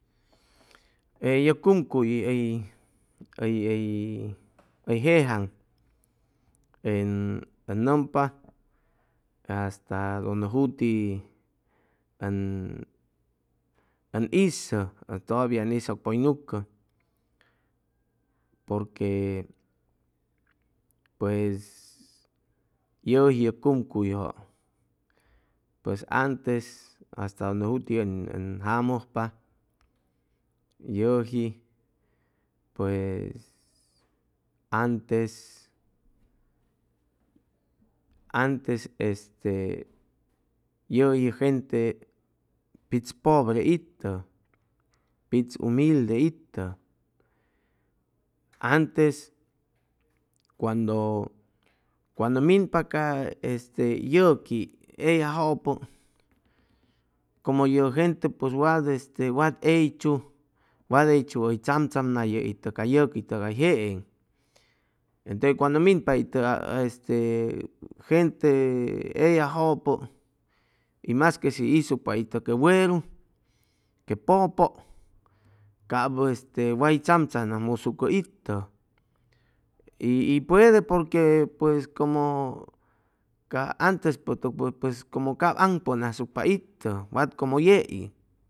E yʉ cumcuy hʉy hʉy hʉy hʉy jejaŋ en ʉn nʉmpa hasta donde juti ʉn hizʉ todavia ʉn hizʉ pʉy nucʉ porque pues yʉji ye cumcuyjʉ pues antes hasta donde juti ʉn ʉn jamʉjpa yʉji pues antes antes este yʉji ye gente pitz pobre itʉ pitz humilde itʉ antes cuando cuando minpa ca yʉqui eyajʉpʉ como ye gente pues wat este wat heychu wat heychu hʉy tzamtzamnayʉ itʉ ca yʉqui tʉgay jeeŋ entʉ cuando minpa itʉ este gente eyajʉpʉ y mas que shi isucpa itʉ que weru que pʉpʉ cap way este tzamtzamnajmusucʉ itʉ y y puede porque pues como ca antespʉtʉg pues como cap aŋpʉŋ asucpa itʉ wat como yei